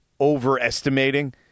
overestimating